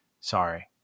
sorry